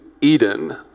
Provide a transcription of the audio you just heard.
Eden